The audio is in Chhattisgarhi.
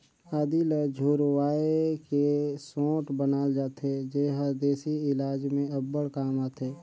आदी ल झुरवाए के सोंठ बनाल जाथे जेहर देसी इलाज में अब्बड़ काम आथे